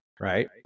right